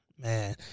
man